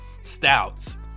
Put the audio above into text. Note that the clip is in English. stouts